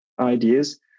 ideas